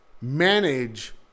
manage